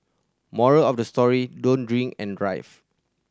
moral of the story don't drink and drive